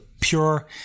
pure